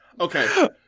Okay